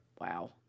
Wow